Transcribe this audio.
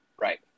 right